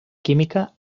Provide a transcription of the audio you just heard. química